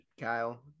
Kyle